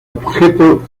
objeto